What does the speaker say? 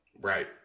Right